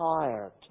tired